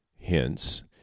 hence